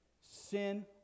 Sin